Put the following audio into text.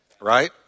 Right